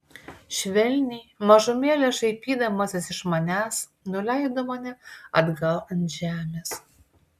švelniai mažumėlę šaipydamasis iš manęs nuleido mane atgal ant žemės